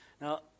Now